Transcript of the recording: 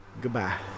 goodbye